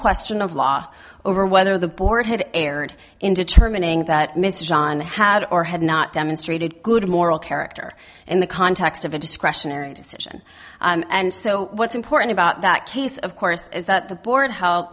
question of law over whether the board had erred in determining that mr john had or had not demonstrated good moral character in the context of a discretionary decision and so what's important about that case of course is that the board how